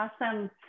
Awesome